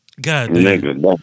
goddamn